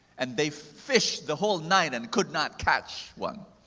and they fished the whole night and could not catch one.